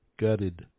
gutted